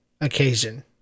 occasion